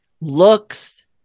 looks